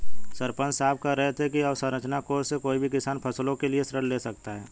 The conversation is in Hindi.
सरपंच साहब कह रहे थे कि अवसंरचना कोर्स से कोई भी किसान फसलों के लिए ऋण ले सकता है